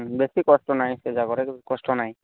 ବେଶି କଷ୍ଟ ନାଇଁ ସେ ଜାଗାରେ କଷ୍ଟ ନାଇଁ